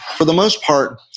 for the most part,